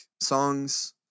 songs